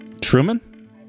Truman